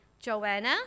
Joanna